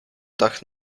dach